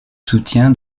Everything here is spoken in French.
soutien